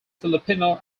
filipino